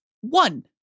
one